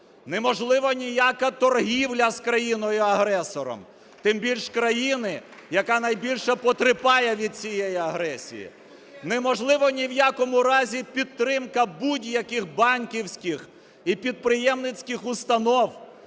Неможлива ніяка торгівля з країною-агресором, тим більше країни, яка найбільше потерпає від цієї агресії. Неможливо ні в якому разі підтримка будь-яких банківських і підприємницьких установ,